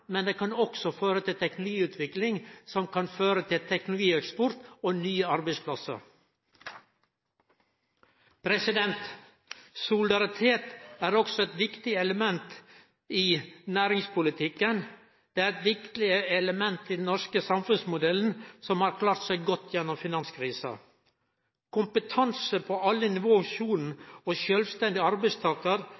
men det kan også føre til teknologiutvikling som kan føre til teknologieksport og nye arbeidsplassar. Solidaritet er også eit viktig element i næringspolitikken. Det er eit viktig element i den norske samfunnsmodellen, som har klart seg godt gjennom finanskrisa. Kompetanse på alle nivå